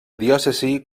diòcesi